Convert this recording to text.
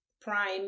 prime